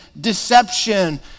deception